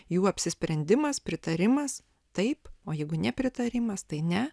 jų apsisprendimas pritarimas taip o jeigu nepritarimas tai ne